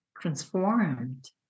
transformed